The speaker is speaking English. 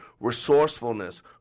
resourcefulness